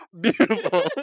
beautiful